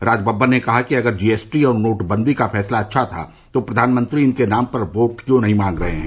राज बब्बर ने कहा कि अगर जीएसटी और नोटबंदी का फैसला अच्छा था तो प्रधानमंत्री इनके नाम पर वोट क्यों नहीं मांग रहे हैं